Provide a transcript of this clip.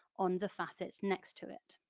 on the facets next to it.